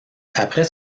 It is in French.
après